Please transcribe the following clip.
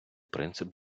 принцип